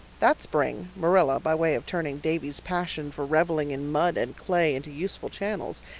that spring marilla, by way of turning davy's passion for reveling in mud and clay into useful channels,